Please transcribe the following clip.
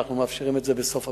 אנחנו מאפשרים את זה בסוף הביקור.